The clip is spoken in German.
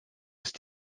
ist